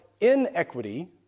inequity